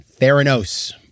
Theranos